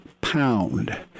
pound